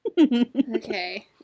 Okay